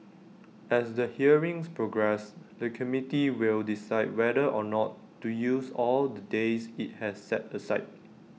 as the hearings progress the committee will decide whether or not to use all the days IT has set aside